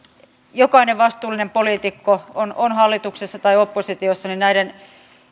jokainen vastuullinen poliitikko on on hallituksessa tai oppositiossa näiden